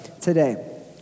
today